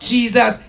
Jesus